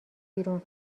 بیرون